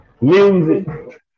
Music